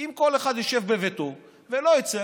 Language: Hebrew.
אם כל אחד ישב בביתו ולא יצא,